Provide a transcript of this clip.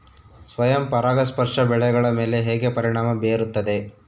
ಸ್ವಯಂ ಪರಾಗಸ್ಪರ್ಶ ಬೆಳೆಗಳ ಮೇಲೆ ಹೇಗೆ ಪರಿಣಾಮ ಬೇರುತ್ತದೆ?